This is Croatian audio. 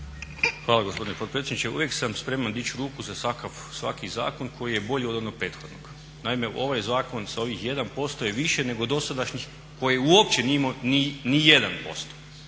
Hvala gospodine potpredsjedniče. Uvijek sam spreman dići ruku za svaki zakon koji je bolji od onog prethodnog. Naime, ovaj zakon sa ovih 1% je više nego dosadašnjih koji uopće nije imao ni 1%.